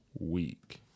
week